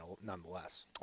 nonetheless